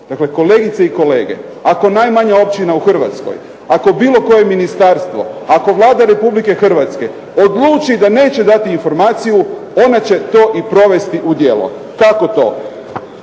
Dakle, kolegice i kolege, ako najmanja općina u Hrvatskoj, ako bilo koje ministarstvo, ako Vlada Republike Hrvatske odluči da neće dati informaciju ona će to i provesti u djelo. Kako to?